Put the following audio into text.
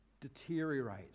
deteriorate